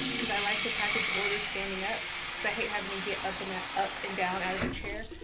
cause i like to package orders standing up because i hate having to get up and ah up and down out of the chair.